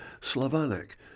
Slavonic